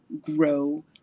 grow